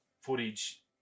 footage